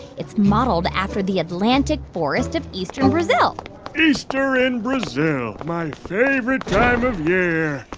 it's modeled after the atlantic forest of eastern brazil easter in brazil. my favorite time of year.